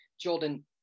Jordan